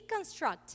deconstruct